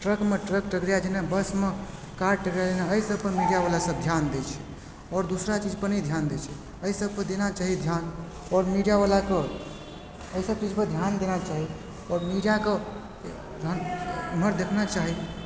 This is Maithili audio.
ट्रकमे ट्रक टकरा जेनाइ बसमे कार टकरा जेनाइ अइ सबपर मीडियावला सब ध्यान दै छै आओर दूसरा चीजपर नहि ध्यान दै छै अइ सबपर देना चाही ध्यान आओर मीडियावला के अइ सब चीजपर ध्यान देना चाही आओर मीडियाके एमहर देखबाके चाही